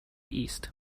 east